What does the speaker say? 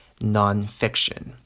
nonfiction